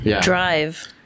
drive